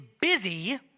busy